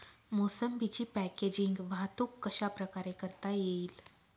मोसंबीची पॅकेजिंग वाहतूक कशाप्रकारे करता येईल?